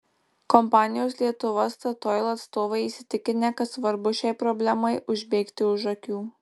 kompanijos lietuva statoil atstovai įsitikinę kad svarbu šiai problemai užbėgti už akių